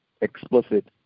explicit